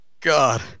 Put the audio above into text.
God